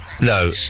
No